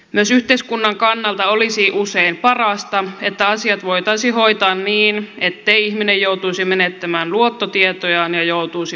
myös yhteiskunnan kannalta olisi usein parasta että asiat voitaisiin hoitaa niin ettei ihminen joutuisi menettämään luottotietojaan ja joutuisi ulosottoon